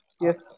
Yes